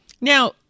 Now